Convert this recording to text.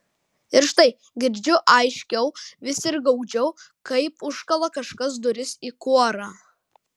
ir štai girdžiu aiškiau vis ir gaudžiau kaip užkala kažkas duris į kuorą